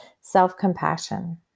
self-compassion